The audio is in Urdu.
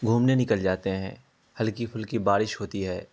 گھومنے نکل جاتے ہیں ہلکی پھلکی بارش ہوتی ہے